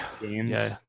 games